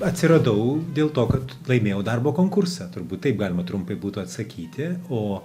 atsiradau dėl to kad laimėjau darbo konkursą turbūt taip galima trumpai būtų atsakyti o